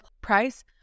price